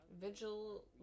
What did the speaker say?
Vigil